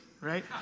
right